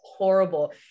horrible